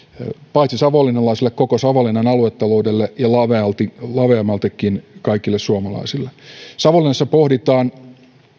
paitsi savonlinnalaisille myös koko savonlinnan aluetaloudelle ja laveammaltikin laveammaltikin kaikille suomalaisille savonlinnassa pohditaan